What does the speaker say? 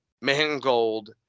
mangold